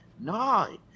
No